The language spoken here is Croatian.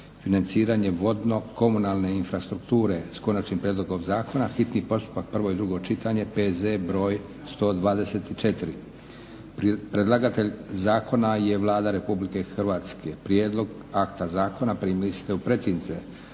"Financiranje vodno-komunalne infrastrukture", s Konačnim prijedlogom zakona, hitni postupak, prvo i drugo čitanje, PZ br. 124 Predlagatelj je Vlada RH. Prijedlog akta zakona primili ste u pretince.